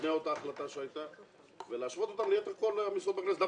לפני אותה החלטה ולהשוות אותם ליתר המשרות בכנסת.